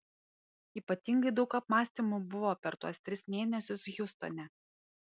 ypatingai daug apmąstymų buvo per tuos tris mėnesius hjustone